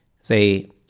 Say